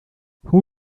who